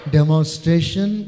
Demonstration